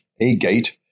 agate